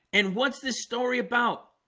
and what's this story about?